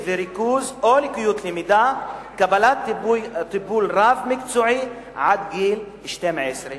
וריכוז או לקויות למידה קבלת טיפול רב-מקצועי עד גיל 12,